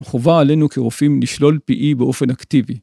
חובה עלינו כרופאים לשלול PE באופן אקטיבי.